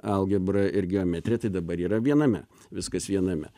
algebra ir geometrija tai dabar yra viename viskas viename